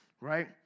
right